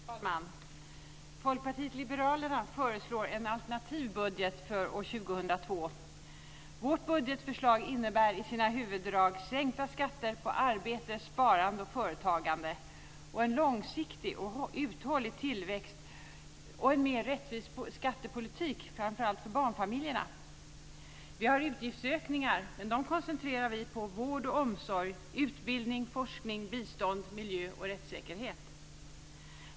Fru talman! Folkpartiet liberalerna föreslår en alternativ budget för år 2002. Vårt budgetförslag innebär i sina huvuddrag sänkta skatter på arbete, sparande och företagande, en långsiktig och uthållig tillväxt och en mer rättvis skattepolitik, framför allt för barnfamiljerna. Vi föreslår utgiftsökningar, men dem koncentrerar vi på vård, omsorg, utbildning, forskning, bistånd, miljö och rättssäkerhet.